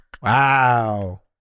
Wow